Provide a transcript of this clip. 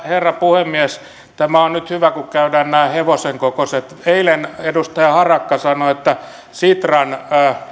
herra puhemies tämä on nyt hyvä kun käydään nämä hevosen kokoiset erot eilen edustaja harakka sanoi että sitran